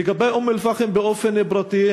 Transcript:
לגבי אום-אלפחם באופן פרטי,